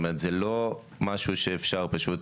זה לא משהו שאפשר פשוט